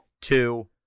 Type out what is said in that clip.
two